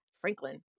Franklin